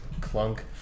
Clunk